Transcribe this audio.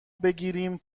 بگیریم